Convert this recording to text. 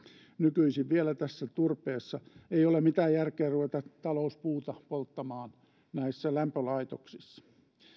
nykyisin vielä kiinni tässä turpeessa ei ole mitään järkeä ruveta talouspuuta polttamaan näissä lämpölaitoksissa